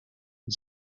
and